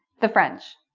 the french